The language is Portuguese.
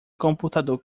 computador